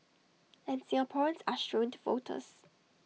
and Singaporeans are shrewd voters